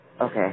Okay